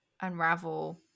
unravel